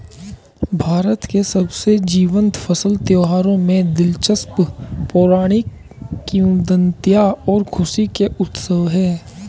भारत के सबसे जीवंत फसल त्योहारों में दिलचस्प पौराणिक किंवदंतियां और खुशी के उत्सव है